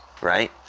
Right